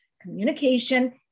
communication